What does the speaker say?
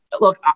Look